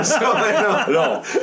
No